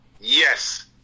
Yes